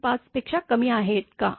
५ पेक्षा कमी आहे का